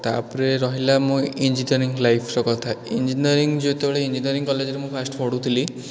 ତା'ପରେ ରହିଲା ମୋ ଇଞ୍ଜିନିୟରିଙ୍ଗ୍ ଲାଇଫ୍ର କଥା ଇଞ୍ଜିନିୟରିଙ୍ଗ୍ ଯେତେବେଳେ ଇଞ୍ଜିନିୟରିଙ୍ଗ୍ କଲେଜ୍ରେ ମୁଁ ଫାଷ୍ଟ୍ ପଢ଼ୁଥିଲି